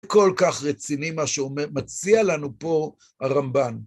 כל כך רציני מה שהוא מציע לנו פה הרמב"ן.